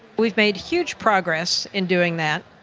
we've made huge progress in doing that,